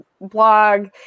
blog